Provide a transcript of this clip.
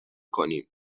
کنیم